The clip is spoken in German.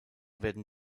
werden